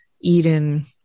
Eden